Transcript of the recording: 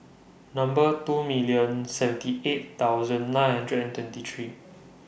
Number two million seventy eight thousand nine hundred and twenty three